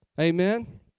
Amen